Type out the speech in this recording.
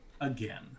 again